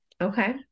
Okay